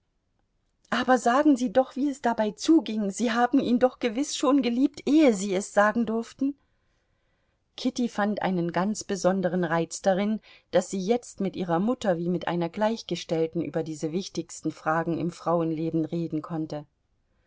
aber sagen sie doch wie es dabei zuging sie haben ihn doch gewiß schon geliebt ehe sie es sagen durften kitty fand einen ganz besonderen reiz darin daß sie jetzt mit ihrer mutter wie mit einer gleichgestellten über diese wichtigsten fragen im frauenleben reden konnte